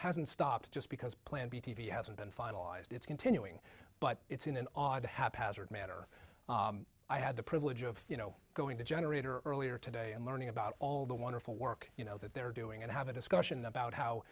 hasn't stopped just because plan b t v hasn't been finalized it's continuing but it's in an odd haphazard manner i had the privilege of you know going to generator earlier today and learning about all the wonderful work you know that they're doing and have a discussion about how